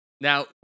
Now